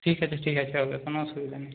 ঠিক আছে ঠিক আছে হবে কোনো অসুবিধা নেই